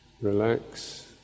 relax